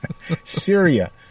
Syria